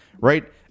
right